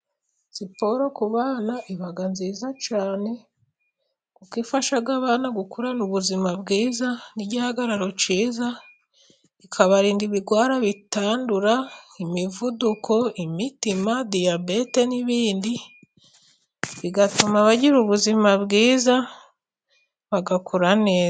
Siporo ku bana iba nziza cyane, kuko ifasha abana gukurana ubuzima bwiza n'igihagararo cyiza, ikabarinda ibirwara bitandura, imivuduko, imitima, diyabete n'ibindi, bigatuma bagira ubuzima bwiza bagakura neza.